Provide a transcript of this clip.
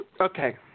Okay